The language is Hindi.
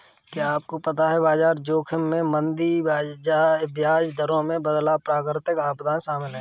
क्या आपको पता है बाजार जोखिम में मंदी, ब्याज दरों में बदलाव, प्राकृतिक आपदाएं शामिल हैं?